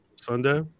Sunday